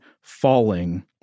falling